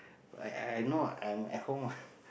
I I I know I'm at home ah